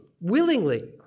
willingly